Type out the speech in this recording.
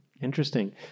Interesting